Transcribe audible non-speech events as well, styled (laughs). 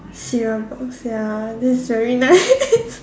cereal box ya that's very nice (laughs)